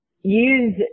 use